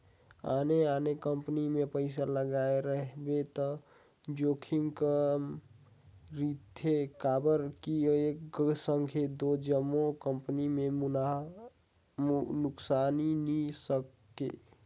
आने आने कंपनी मे पइसा लगाए रहिबे त जोखिम कम रिथे काबर कि एक संघे दो जम्मो कंपनी में नुकसानी नी सके